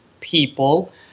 people